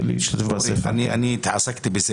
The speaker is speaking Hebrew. אנחנו יודעים מי כל